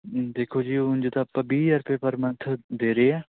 ਦੇਖੋ ਜੀ ਹੁਣ ਜਦੋਂ ਆਪਾਂ ਵੀਹ ਹਜ਼ਾਰ ਰੁਪਏ ਪਰ ਮੰਥ ਦੇ ਰਹੇ ਹਾਂ